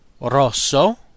rosso